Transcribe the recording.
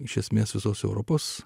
iš esmės visos europos